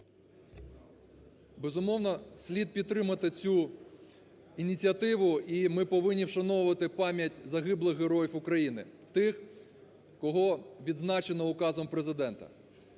Безумовно, слід підтримати цю ініціативу, і ми повинні вшановувати пам'ять загиблих героїв України, тих, кого відзначено указом Президента.